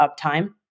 uptime